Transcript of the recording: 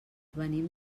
venim